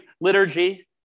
liturgy